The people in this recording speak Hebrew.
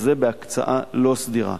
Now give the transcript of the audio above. וגם זה בהקצאה לא סדירה.